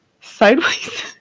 sideways